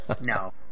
No